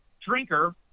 drinker